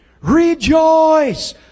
Rejoice